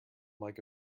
like